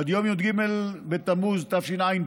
עד יום י"ג בתמוז תשע"ט,